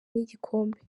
n’igikombe